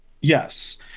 Yes